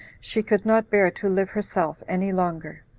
she could not bear to live herself any longer.